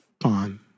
fun